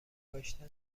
کاشتم